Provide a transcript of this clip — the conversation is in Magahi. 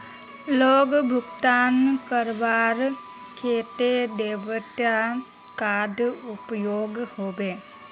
लोन भुगतान करवार केते डेबिट कार्ड उपयोग होबे?